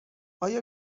آیا